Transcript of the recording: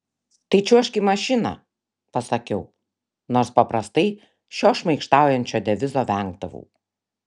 tai čiuožk į mašiną pasakiau nors paprastai šio šmaikštaujančio devizo vengdavau